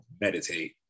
meditate